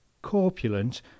corpulent